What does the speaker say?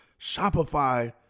Shopify